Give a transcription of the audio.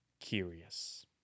curious